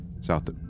South